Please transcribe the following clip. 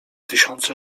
tysiące